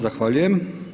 Zahvaljujem.